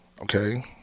Okay